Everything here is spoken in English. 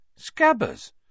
Scabbers